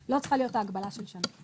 לא צריכה להיות ההגבלה של שנה.